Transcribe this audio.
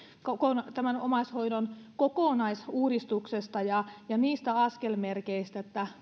tämän omaishoidon kokonaisuudistuksesta ja ja niistä askelmerkeistä